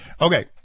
Okay